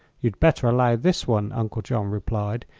you'd better allow this one, uncle john replied,